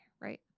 right